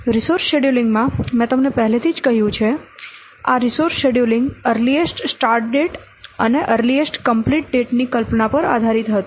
resource scheduling માં મેં તમને પહેલેથી જ કહ્યું છે આ resource scheduling earliest start date અને અરલીએસ્ટ કમ્પ્લીટ ડેટ ની કલ્પના પર આધારિત હતું